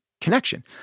connection